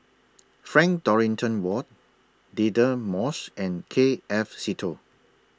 Frank Dorrington Ward Deirdre Moss and K F Seetoh